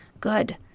good